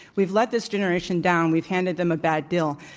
we've let this generation down. we've handed them a bad deal.